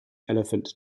elephant